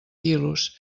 quilos